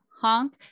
honk